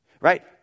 Right